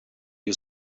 you